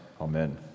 amen